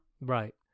Right